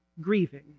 grieving